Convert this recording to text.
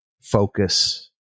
focus